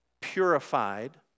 purified